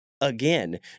again